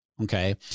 Okay